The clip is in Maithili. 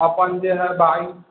अपन जे हइ भाय